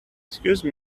excuse